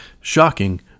shocking